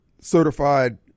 certified